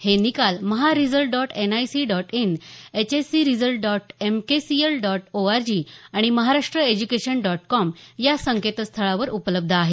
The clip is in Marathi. हे निकाल Maha result dot N I C dot in H S C result dot M K C L dot O R G आणि महाराष्ट एज्यूकेशन डॉट कॉम या संकेतस्थळांवर उपलब्ध आहेत